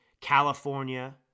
California